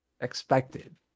expected